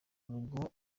urwo